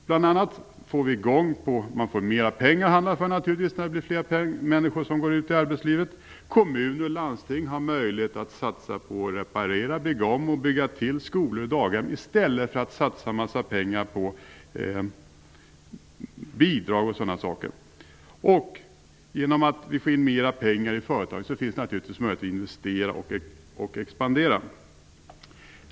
Bl.a. blir det naturligtvis mera pengar att handla för när fler människor går ut i arbetslivet. Kommuner och landsting får möjlighet att satsa på reparation, ombyggnad och tillbyggnad av skolor och daghem i stället för att satsa en massa pengar på bidrag etc. Genom att det kommer in mer pengar till företagen finns det naturligtvis möjlighet att investera och expandera.